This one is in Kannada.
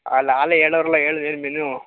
ಅಲ್ಲಿ ಆಲೆ ಹೇಳವ್ರಲ್ಲ ಹೇಳು ಹೇಳ್ ಮೆನು